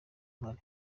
mpari